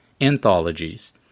anthologies